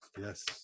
Yes